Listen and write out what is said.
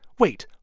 wait.